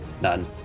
none